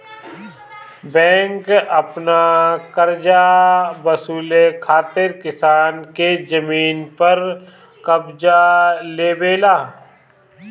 bank अपन करजा वसूले खातिर किसान के जमीन पर कब्ज़ा लेवेला